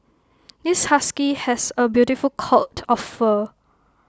this husky has A beautiful coat of fur